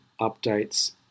updates